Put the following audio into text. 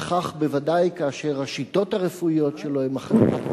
וכך בוודאי כאשר השיטות הרפואיות שלו הן אחרות,